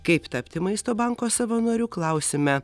kaip tapti maisto banko savanoriu klausime